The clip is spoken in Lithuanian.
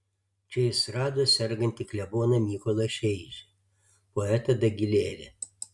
čia jis rado sergantį kleboną mykolą šeižį poetą dagilėlį